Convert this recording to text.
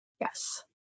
Yes